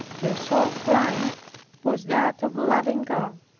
her sole crime was that of loving god.